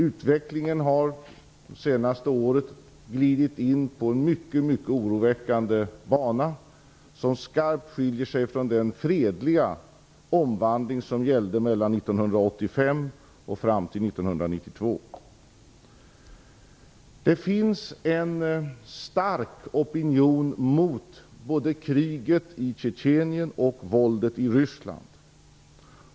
Utvecklingen har det senaste året glidit in på en mycket oroväckande bana, som skarpt skiljer sig från den fredliga omvandling som gällde mellan 1985 och 1992. Det finns en stark opinion mot både kriget i Tjetjenien och våldet i Ryssland.